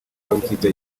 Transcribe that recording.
w’ikipe